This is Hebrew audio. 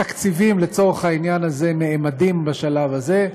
התקציבים לצורך העניין הזה נאמדים בשלב הזה,